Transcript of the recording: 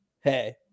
Hey